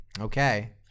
okay